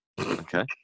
okay